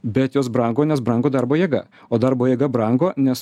bet jos brango nes brango darbo jėga o darbo jėga brango nes